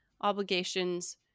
obligations